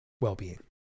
well-being